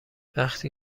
وفتی